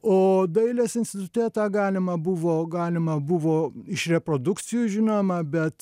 o dailės institute tą galima buvo galima buvo iš reprodukcijų žinoma bet